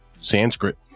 Sanskrit